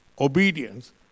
obedience